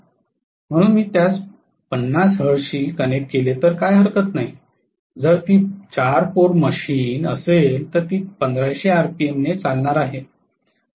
म्हणून मी त्यास 50 हर्ट्जशी कनेक्ट केले तर काय हरकत नाही जर ती 4 पोल मशीन असेल तर ती 1500 आरपीएमवर चालणार आहे